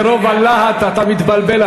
מרוב הלהט אתה מתבלבל.